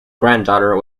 granddaughter